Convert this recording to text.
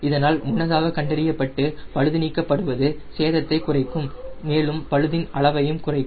இதனால் முன்னதாக கண்டறியப்பட்டு பழுது நீக்கப்படுவது சேதத்தை குறைக்கும் மேலும் பழுதின் அளவையும் குறைக்கும்